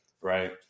Right